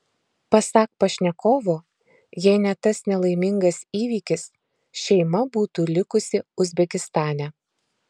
pasak pašnekovo jei ne tas nelaimingas įvykis šeima būtų likusi uzbekistane